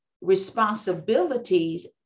responsibilities